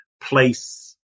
place